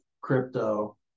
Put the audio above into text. crypto